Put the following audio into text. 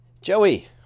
Joey